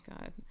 God